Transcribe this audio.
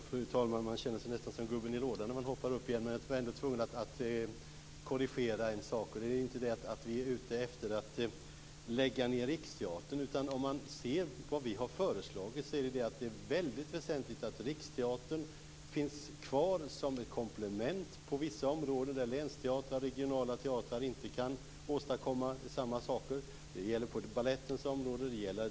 Fru talman! Man känner sig nästan som gubben i lådan när man hoppar upp igen, men jag är tvungen att korrigera en sak. Det är inte rätt att vi är ute efter att lägga ned Riksteatern. Vad vi har sagt är att det är väldigt väsentligt att Riksteatern finns kvar som komplement på vissa områden där länsteatrar och regionala teatrar inte kan åstadkomma samma saker. Det gäller på balettens område.